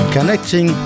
Connecting